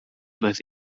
both